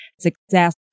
success